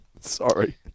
Sorry